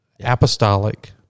apostolic